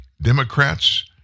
Democrats